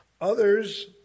Others